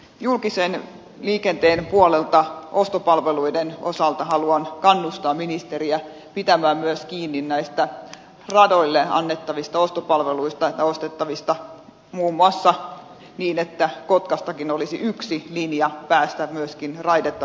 julkisen liikenteen puolelta ostopalveluiden osalta haluan kannustaa ministeriä pitämään myös kiinni näistä radoille annettavista ostopalveluista muun muassa niin että kotkastakin olisi yksi linja päästä myöskin raidetta pitkin pois